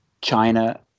China